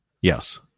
Yes